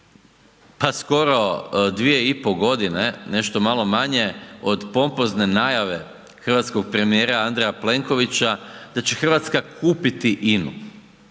pa skoro 2,5 godine, nešto malo manje od pompozne najave hrvatskog premijera Andreja Plenkovića da će Hrvatska kupiti INA-u.